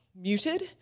muted